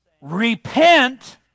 repent